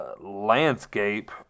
landscape